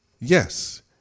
Yes